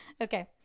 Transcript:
okay